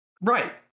right